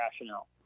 rationale